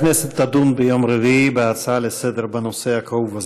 הכנסת תדון ביום רביעי בהצעה לסדר-היום בנושא הכאוב הזה.